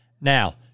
Now